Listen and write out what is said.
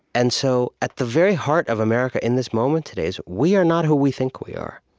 and so at the very heart of america in this moment today is, we are not who we think we are,